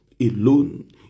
alone